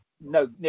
no